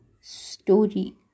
story